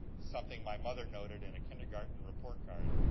something my mother noted in a kindergarten report card.